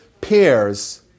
pairs